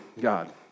God